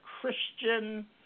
Christian